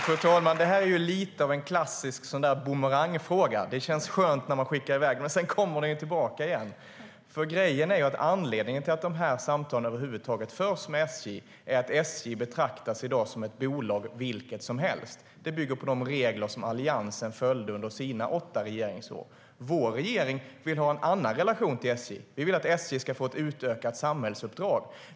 Fru talman! Det här är lite av en klassisk bumerangfråga. Det känns skönt när man skickar iväg frågan, men sedan kommer den tillbaka igen. Anledningen till att samtalen över huvud taget förs med SJ är att SJ i dag betraktas som ett bolag vilket som helst. Det bygger på de regler som Alliansen följde under sina åtta regeringsår. Vår regering vill ha en annan relation till SJ. Vi vill att SJ ska få ett utökat samhällsuppdrag.